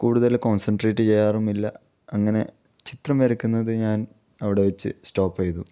കൂടുതൽ കോൺസെൻട്രേറ്റ് ചെയ്യാറുമില്ല അങ്ങനെ ചിത്രം വരയ്ക്കുന്നത് ഞാൻ അവിടെ വെച്ച് സ്റ്റോപ്പ് ചെയ്തു